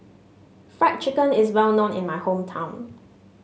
Fried Chicken is well known in my hometown